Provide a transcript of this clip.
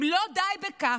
אם לא די בכך,